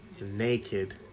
naked